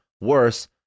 worse